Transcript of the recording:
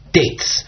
dates